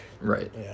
right